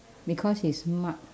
because it's mu~